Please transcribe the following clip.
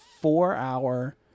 four-hour